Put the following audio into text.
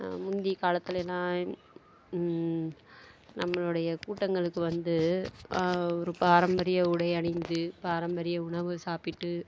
முந்தைய காலத்துலெலாம் நம்மளுடைய கூட்டங்களுக்கு வந்து ஒரு பாரம்பரிய உடை அணிந்து பாரம்பரிய உணவு சாப்பிட்டு